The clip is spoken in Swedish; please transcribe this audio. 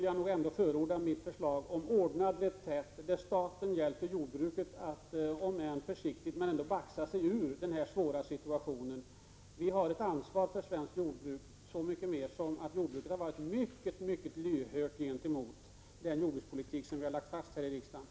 Jag vill alltså förorda mitt förslag om en ordnad reträtt, så att staten hjälper jordbruket att om än försiktigt baxa sig ur den svåra situationen. Vi har ett ansvar för svenskt jordbruk, så mycket mer som jordbruket har varit mycket lyhört gentemot den jordbrukspolitik som vi har lagt fast här i riksdagen.